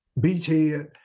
beachhead